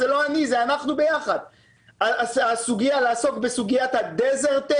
זה לא אני אלא זה אנחנו ביחד - לעסוק בסוגיית ה-דזרט-טק,